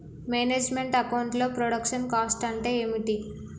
Manage meant account లో production cost అంటే ఏమిటి?